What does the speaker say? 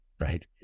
right